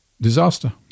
disaster